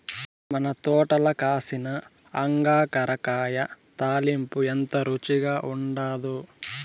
మన తోటల కాసిన అంగాకర కాయ తాలింపు ఎంత రుచిగా ఉండాదో